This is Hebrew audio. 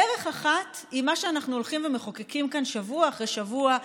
דרך אחת היא מה שאנחנו הולכים ומחוקקים כאן שבוע אחרי שבוע,